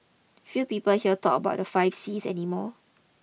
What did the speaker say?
few people here talk about the five Cs any more